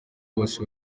bose